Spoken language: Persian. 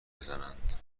بزنند